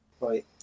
Right